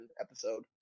episode